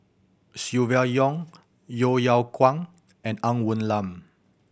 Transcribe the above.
Silvia Yong Yeo Yeow Kwang and Ng Woon Lam